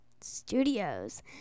Studios